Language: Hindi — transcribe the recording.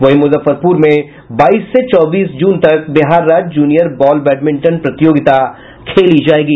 वहीं मुजफ्फरपुर में बाईस से चौबीस जून तक बिहार राज्य जूनियर बॉल बैडमिंटन प्रतियोगिता खेली जायेगी